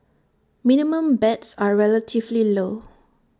minimum bets are relatively low